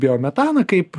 biometaną kaip